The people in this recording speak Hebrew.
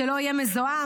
שלא יהיה מזוהם.